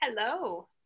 hello